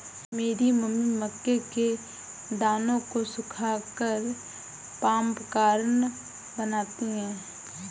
मेरी मम्मी मक्के के दानों को सुखाकर पॉपकॉर्न बनाती हैं